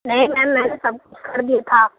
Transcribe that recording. نہیں میم میں نے سب کچھ کر دیا تھا